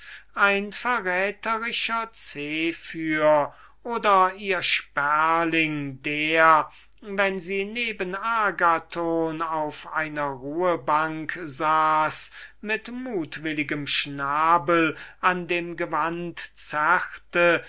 ein verräterischer zephir oder ihr sperling der indem sie neben agathon auf einer ruhebank saß mit mutwilligem schnabel an dem gewand zerrte